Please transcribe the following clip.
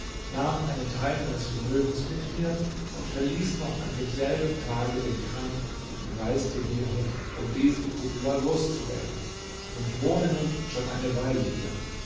nahm einen teil meines vermögens mit mir und verließ noch an demselben tage den chan und reiste hierher um diesen kuppler los zu werden und wohne nun schon eine weile hier